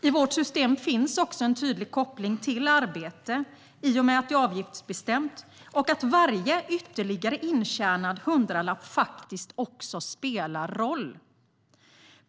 I vårt system finns också en tydlig koppling till arbete i och med att det är avgiftsbestämt och att varje ytterligare intjänad hundralapp faktiskt spelar roll.